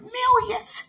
millions